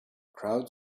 crowd